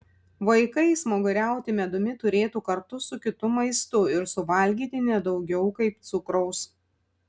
vaikai smaguriauti medumi turėtų kartu su kitu maistu ir suvalgyti ne daugiau kaip cukraus